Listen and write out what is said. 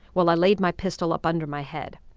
well, i laid my pistol up under my head.